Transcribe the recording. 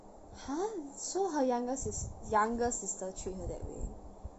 !huh! so her younger sis~ younger sister treat her that way